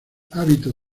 hábito